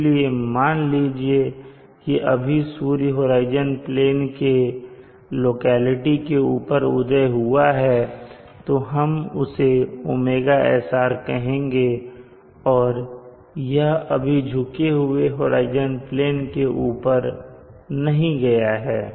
इसलिए मान लीजिए कि अभी सूर्य होराइजन प्लेन के लोकेलिटी के ऊपर उदय हुआ है तो हम उसे ωsr कहेंगे और यह अभी झुके हुए होराइजन प्लेन के ऊपर नहीं गया है